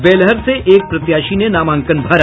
बेलहर से एक प्रत्याशी ने नामांकन भरा